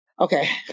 Okay